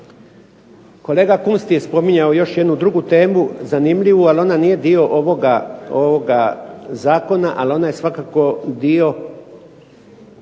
Kolega Kunst je spominjao još jednu drugu zanimljivu temu, ali ona nije dio ovoga zakona, ali ona je svakako dio